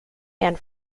and